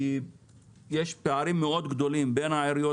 כי יש פערים מאוד גדולים בין העיריות